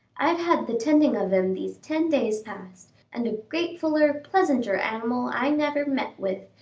i've had the tending of him these ten days past, and a gratefuller, pleasanter animal i never met with,